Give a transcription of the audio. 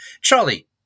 Charlie